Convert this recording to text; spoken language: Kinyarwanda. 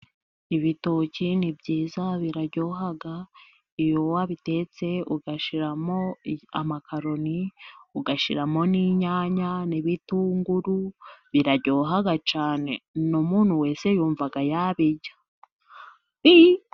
Ibitoki ni byiza biraryoha, iyo wabitetse ugashyiramo amakaroni, ugashyiramo n'inyanya n'ibitunguru, biraryohaha cyane, umuntu wese yumva yabirya.